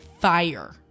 fire